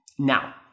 Now